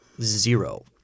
Zero